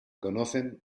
conocen